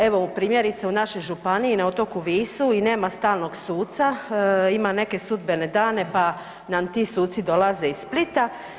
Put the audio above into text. Evo primjerice u našoj županiji na otoku Visu i nema stalnog suca, ima neke sudbene dane, pa nam ti suci dolaze iz Splita.